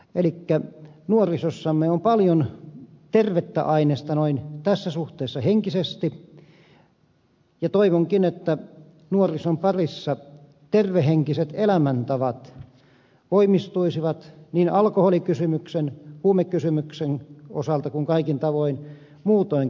elikkä nuorisossamme on paljon tervettä ainesta noin tässä suhteessa henkisesti ja toivonkin että nuorison parissa tervehenkiset elämäntavat voimistuisivat niin alkoholikysymyksen huumekysymyksen osalta kuin kaikin tavoin muutoinkin